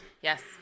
Yes